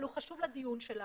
אבל הוא חשוב לדיון שלנו,